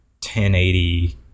1080